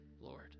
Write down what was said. Lord